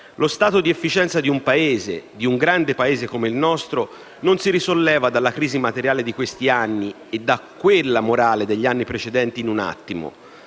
Lo stato di efficienza di un Paese, di un grande Paese come il nostro, non si risolleva dalla crisi materiale di questi anni e da quella morale degli anni precedenti in un attimo.